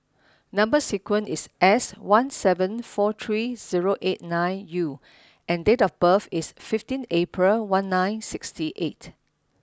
number sequence is S one seven four three zero eight nine U and date of birth is fifteen April one nine sixty eight